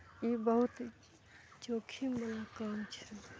ई बहुत जोखीमवला काम छै